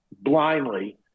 blindly